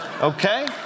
Okay